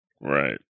right